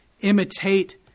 Imitate